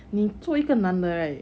你做一个男的 right